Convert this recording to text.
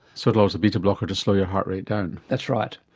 sotalol is a beta-blocker to slow your heart rate down. that's right.